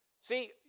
See